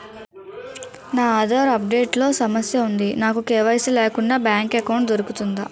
నా Aadhaar update లో సమస్య వుంది నాకు కే.వై.సీ లేకుండా బ్యాంక్ ఎకౌంట్దొ రుకుతుందా?